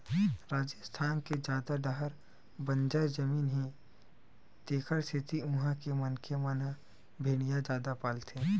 राजिस्थान के जादा डाहर बंजर जमीन हे तेखरे सेती उहां के मनखे मन ह भेड़िया जादा पालथे